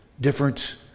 different